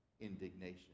indignation